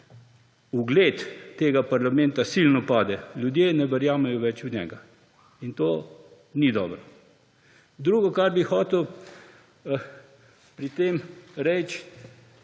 ugled tega parlamenta silno pade. Ljudje ne verjamejo več v njega. In to ni dobro. Drugo, kar bi hotel pri tem reči.